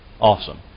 Awesome